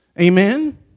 Amen